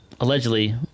allegedly